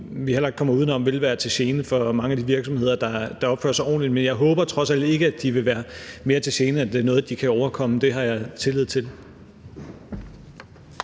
som vi heller ikke kommer udenom vil være til gene for mange af de virksomheder, der opfører sig ordentligt. Men jeg håber trods alt ikke, at de vil være mere til gene, end at det er noget, de kan overkomme. Det har jeg tillid til.